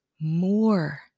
more